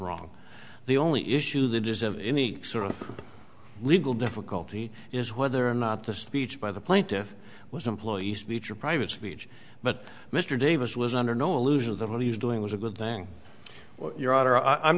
wrong the only issue that is of any sort of legal difficulty is whether or not the speech by the plaintiff was employee speech or private speech but mr davis was under no illusions that what he was doing was a good thing your